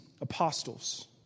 apostles